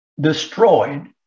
destroyed